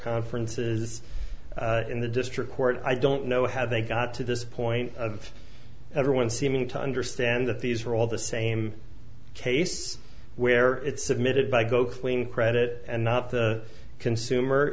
conferences in the district court i don't know how they got to this point of everyone seeming to understand that these are all the same case where it's submitted by go clean credit and not the consumer